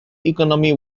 economy